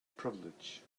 privilege